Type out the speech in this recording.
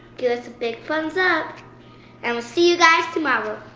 give us a big thumbs up and we'll see you guys tomorrow.